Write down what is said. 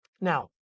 now